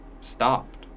stopped